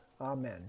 Amen